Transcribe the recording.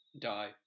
die